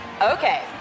Okay